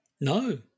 No